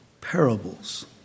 parables